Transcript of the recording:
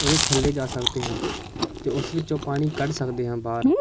ਉਹਦੇ ਥੱਲੇ ਜਾ ਸਕਦੇ ਹਾਂ ਅਤੇ ਉਸ ਵਿੱਚੋਂ ਪਾਣੀ ਕੱਢ ਸਕਦੇ ਹਾਂ ਬਾਹਰ